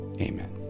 amen